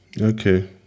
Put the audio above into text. Okay